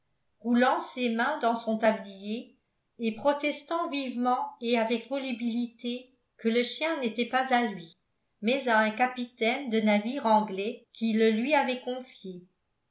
ses mains dans son tablier et protestant vivement et avec volubilité que le chien n'était pas à lui mais à un capitaine de navire anglais qui le lui avait confié